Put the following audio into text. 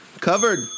Covered